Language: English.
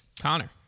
Connor